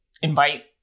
invite